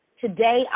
Today